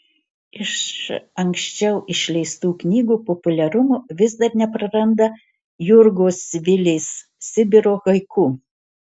iš anksčiau išleistų knygų populiarumo vis dar nepraranda jurgos vilės sibiro haiku